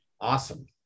Awesome